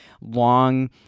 long